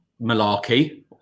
malarkey